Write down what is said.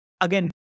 Again